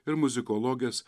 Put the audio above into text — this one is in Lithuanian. ir muzikologės